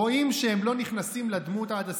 רואים שהם לא נכנסים לדמות עד הסוף,